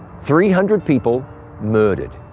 three hundred people murdered.